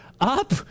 up